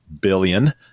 billion